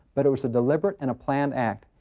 but it was a deliberate and a planned act.